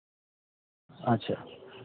আচ্ছা